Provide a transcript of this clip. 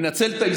מנצל את ההזדמנות,